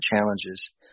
challenges